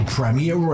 Premier